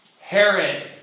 Herod